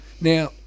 Now